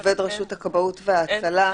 עובד רשות הכבאות וההצלה,